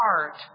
heart